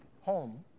home